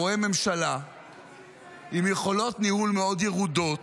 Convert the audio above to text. הוא רואה ממשלה עם יכולות ניהול מאוד ירודות,